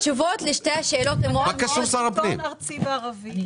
--- את התשובות לשתי השאלות ----- ארצי וערבי.